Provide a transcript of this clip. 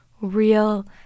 real